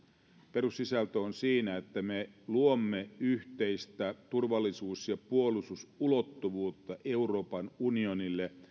perussisältö on siinä että me luomme yhteistä turvallisuus ja puolustusulottuvuutta euroopan unionille